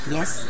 Yes